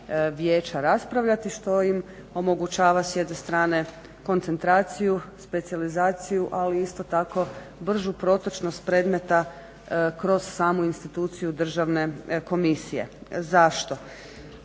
vijeća raspravljati što im omogućava s jedne strane koncentraciju, specijalizaciju ali isto tako bržu protočnost predmeta kroz samu instituciju državne komisije. Zašto?